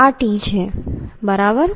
આ t છે બરાબર